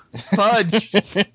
Fudge